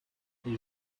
les